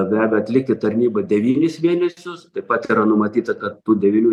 be abejo atlikti tarnybą devynis mėnesius taip pat yra numatyta kad tų devynių